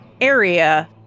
area